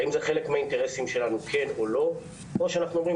האם זה חלק מהאינטרס או שאנחנו אומרים